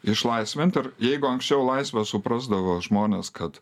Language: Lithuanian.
išlaisvint ir jeigu anksčiau laisvę suprasdavo žmonės kad